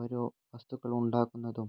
ഓരോ വസ്തുക്കളുണ്ടാക്കുന്നതും